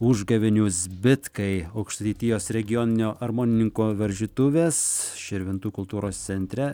užgavėnių zbitkai aukštaitijos regioninio armonikininko varžytuvės širvintų kultūros centre